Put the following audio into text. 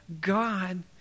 God